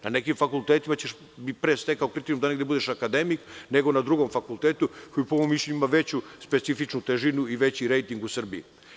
Na nekim fakultetima bi pre stekao kriterijum da negde budeš akademik, nego na drugom fakultetu koji po mom mišljenju ima veću specifičnu težinu i veći rejting u Srbiji.